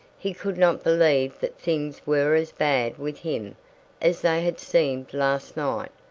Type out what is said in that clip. he could not believe that things were as bad with him as they had seemed last night,